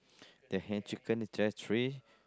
the hand chicken is there a tree